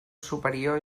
superior